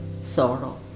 sorrow